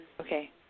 Okay